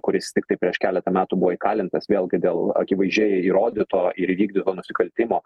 kuris tiktai prieš keletą metų buvo įkalintas vėlgi dėl akivaizdžiai įrodyto ir įvykdyto nusikaltimo